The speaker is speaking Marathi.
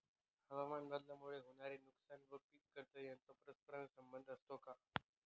हवामानबदलामुळे होणारे नुकसान व पीक कर्ज यांचा परस्पर संबंध असतो का?